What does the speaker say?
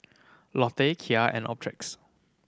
Lotte Kia and Optrex